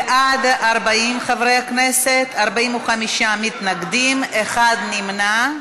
בעד, 40 חברי כנסת, 45 מתנגדים, אחד נמנע.